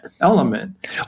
element